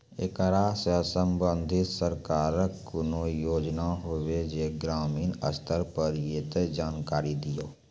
ऐकरा सऽ संबंधित सरकारक कूनू योजना होवे जे ग्रामीण स्तर पर ये तऽ जानकारी दियो?